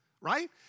Right